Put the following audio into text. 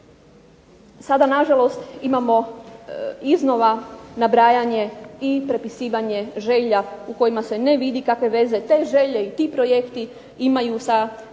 Sada na žalost imamo iznova nabrajanje i prepisivanje želja u kojima se ne vidi kakve veze te želje i ti projekti imaju sa strategijom